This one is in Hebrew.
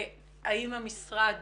האם המשרד